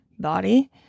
body